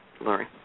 lori